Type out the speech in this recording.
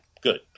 good